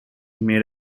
made